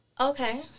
Okay